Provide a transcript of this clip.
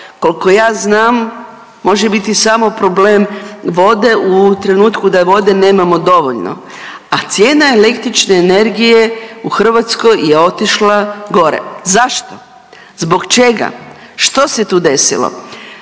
Koliko ja znam može biti samo problem vode u trenutku da vode nemamo dovoljno, a cijena električne energije u Hrvatskoj je otišla gore. Zašto? Zbog čega? Što se tu desilo?